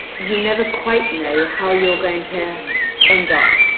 you never quite know how you going to end up.